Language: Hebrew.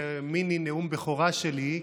מיני נאום בכורה שלי,